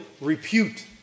repute